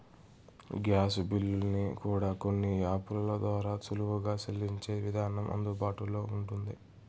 gas బిల్లుల్ని కూడా కొన్ని యాపుల ద్వారా సులువుగా సెల్లించే విధానం అందుబాటులో ఉంటుంది